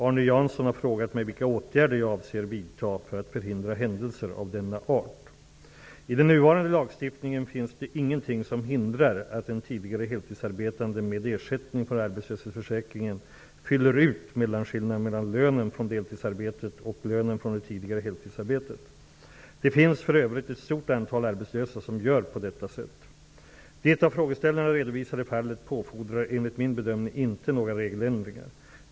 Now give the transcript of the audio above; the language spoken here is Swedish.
Arne Jansson har frågat mig vilka åtgärder jag avser vidta för att förhindra händelser av denna art. I den nuvarande lagstiftningen finns det ingenting som hindrar att en tidigare heltidsarbetande med ersättning från arbetslöshetsförsäkringen ''fyller ut'' mellanskillnaden mellan lönen från deltidsarbetet och lönen från det tidigare heltidsarbetet. Det finns för övrigt ett stort antal arbetslösa som gör på detta sätt. Det av frågeställarna redovisade fallet påfordrar enligt min bedömning inte några regeländringar.